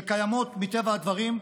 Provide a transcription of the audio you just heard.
שקיימות מטבע הדברים,